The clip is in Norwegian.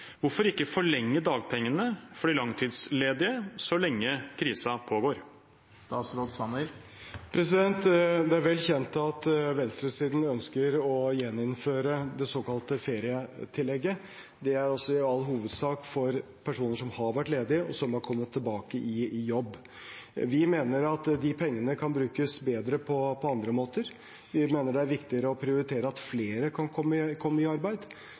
Hvorfor ikke forlenge dagpengene for de langtidsledige så lenge krisen pågår? Det er vel kjent at venstresiden ønsker å gjeninnføre det såkalte ferietillegget. Det er altså i all hovedsak for personer som har vært ledige, og som har kommet tilbake i jobb. Vi mener at de pengene kan brukes bedre på andre måter. Vi mener det er viktigere å prioritere at flere kan komme i arbeid. Jeg er bekymret for en arbeidsledighet hvor det i